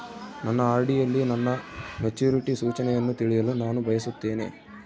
ನನ್ನ ಆರ್.ಡಿ ಯಲ್ಲಿ ನನ್ನ ಮೆಚುರಿಟಿ ಸೂಚನೆಯನ್ನು ತಿಳಿಯಲು ನಾನು ಬಯಸುತ್ತೇನೆ